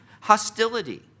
hostility